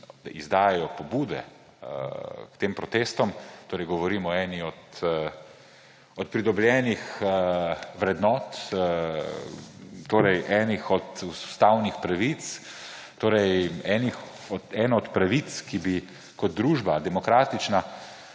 izdajajo pobude k tem protestom. Torej govorim o eni od pridobljenih vrednot, eni od ustavnih pravic, pravici, ki bi kot družba, demokratična,